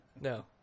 No